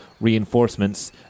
reinforcements